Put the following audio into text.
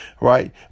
right